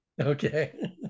Okay